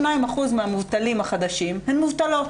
62% מהמובטלים החדשים הן מובטלות.